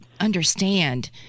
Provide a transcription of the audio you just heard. Understand